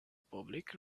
public